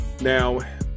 Now